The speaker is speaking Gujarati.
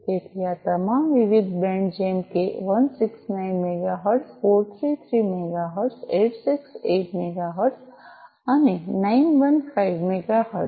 તેથી આ તમામ વિવિધ બેન્ડ જેમ કે 169 મેગાહર્ટ્ઝ 433 મેગાહર્ટ્ઝ 868 મેગાહર્ટ્ઝ અને 915 મેગાહર્ટ્ઝ